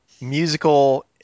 musical